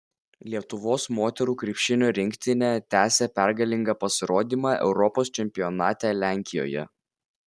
lietuvos moterų krepšinio rinktinė tęsia pergalingą pasirodymą europos čempionate lenkijoje